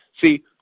see